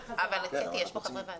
אנחנו קודם נמשיך לשמוע את חברי הוועדה.